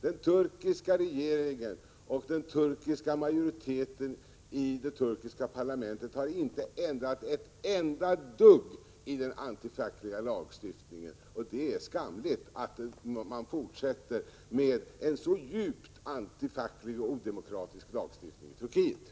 Den turkiska regeringen och majoriteten i parlamentet har inte ändrat ett enda dugg i denna anti-fackliga lagstiftning. Det är skamligt att Turkiet vidhåller en så djupt anti-facklig och odemokratisk lagstiftning.